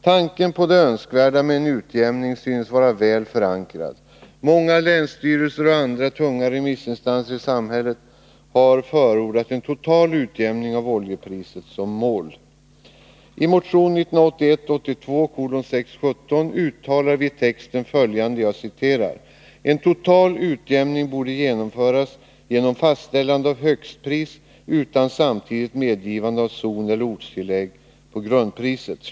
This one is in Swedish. Tanken på det önskvärda med en utjämning synes vara väl förankrad. Många länsstyrelser och andra tunga remissinstanser i samhället har förordat en total utjämning av oljepriset som mål. I motion 1981/82:617 uttalar vi i texten att ”en total utjämning borde genomföras genom fastställande av högstpris utan samtidigt medgivande av zoneller ortstillägg på grundpriset”.